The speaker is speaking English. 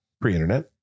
pre-internet